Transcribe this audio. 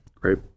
great